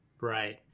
Right